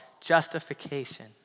justification